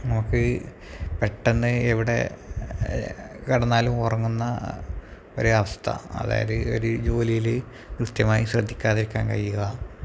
നമുക്ക് പെട്ടെന്ന് എവിടെ കിടന്നാലും ഉറങ്ങുന്ന ഒരവസ്ഥ അതായത് ഒരു ജോലിയില് കൃത്യമായി ശ്രദ്ധിക്കാതിരിക്കാൻ കഴിയുക